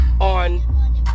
on